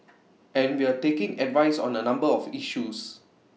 and we're taking advice on A number of issues